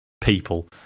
people